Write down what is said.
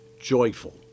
joyful